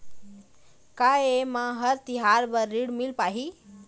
का ये म हर तिहार बर ऋण मिल पाही?